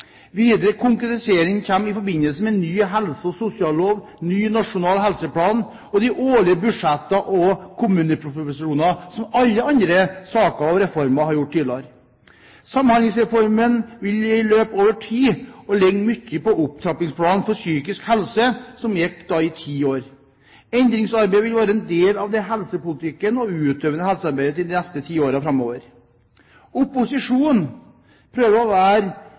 Videre konkretisering kommer i forbindelse med ny helse- og sosiallov, ny nasjonal helseplan og de årlige budsjettene og kommuneproposisjonene, som ved alle andre saker og reformer tidligere. Samhandlingsreformen vil løpe over tid, og ligner mye på Opptrappingsplanen for psykisk helse, som gikk i ti år. Endringsarbeidet vil være en del av helsepolitikken og det utøvende helsearbeidet i de neste ti årene framover. Opposisjonen prøver å være